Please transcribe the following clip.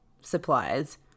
supplies